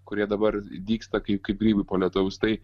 kurie dabar dygsta kai kaip grybai po lietaus tai